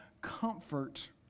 comfort